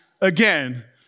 again